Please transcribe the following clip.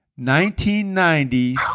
1990s